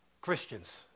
Christians